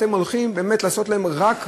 אתם הולכים באמת לעשות להם רק רע,